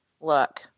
look